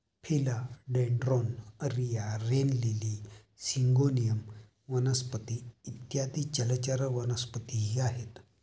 फिला dendron, रिया, rain lily, syngonium वनस्पती इत्यादी जलचर वनस्पतीही आहेत